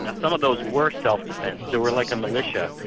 ah some of those were self-defence, they were like a militia,